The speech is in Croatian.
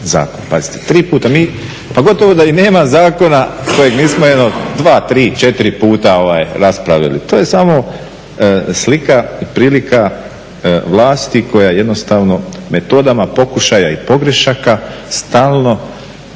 Pazite, tri puta. Mi pa gotovo da i nema zakona kojeg nismo jedno dva, tri, četiri puta raspravili. To je samo slika i prilika vlasti koja jednostavno metodama pokušaja i pogrešaka stalno